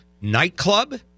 nightclub